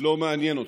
לא מעניין אותך.